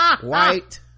white